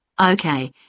Okay